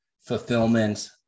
fulfillment